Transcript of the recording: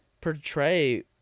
portray